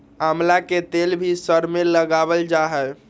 आमला के तेल भी सर में लगावल जा हई